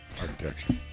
Architecture